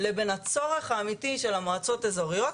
לבין הצורך האמיתי של המועצות האיזוריות.